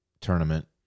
tournament